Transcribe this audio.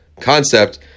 concept